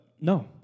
no